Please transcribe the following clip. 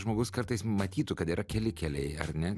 žmogus kartais matytų kad yra keli keliai ar ne